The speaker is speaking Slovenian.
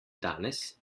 danes